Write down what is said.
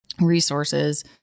resources